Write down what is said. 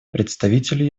представителю